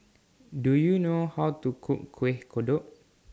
Do YOU know How to Cook Kueh Kodok